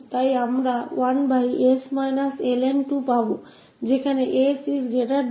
तो हमारे पास है 1s ln2 जहा sln2